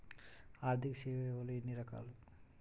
ఆర్థిక సేవలు ఎన్ని రకాలు?